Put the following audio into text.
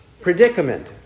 predicament